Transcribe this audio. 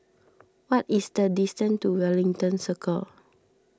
what is the distance to Wellington Circle